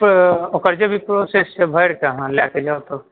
तऽ ओकर जे भी प्रॉसेस छै भरि कऽ अहाँ लए लिय अपन